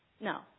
No